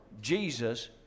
Jesus